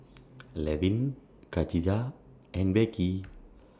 Levin Khadijah and Becky